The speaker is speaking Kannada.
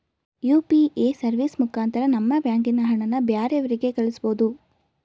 ಯು.ಪಿ.ಎ ಸರ್ವಿಸ್ ಮುಖಾಂತರ ನಮ್ಮ ಬ್ಯಾಂಕಿನ ಹಣನ ಬ್ಯಾರೆವ್ರಿಗೆ ಕಳಿಸ್ಬೋದು